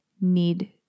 need